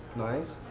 nice,